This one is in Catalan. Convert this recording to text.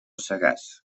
sagàs